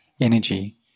energy